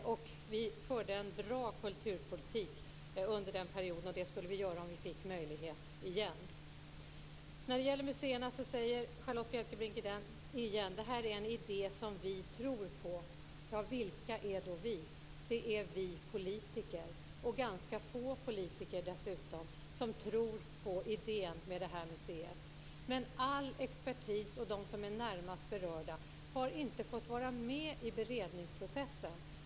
Vi förde en bra kulturpolitik under den perioden, och det skulle vi göra om vi fick möjlighet till det igen. Charlotta Bjälkebring säger att de tror på idén om museerna. Vilka är det? Jo, det är politiker. Det är dessutom ganska få politiker som tror på idén om museet. Men all expertis och de som är närmast berörda har inte fått vara med i beredningsprocessen.